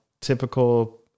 typical